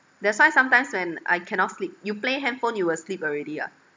that's why sometimes when I cannot sleep you play handphone you will sleep already ah